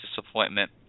disappointment